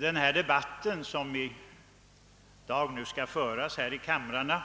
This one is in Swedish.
Den debatt som i dag skall föras i kamrarna